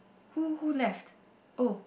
who who left oh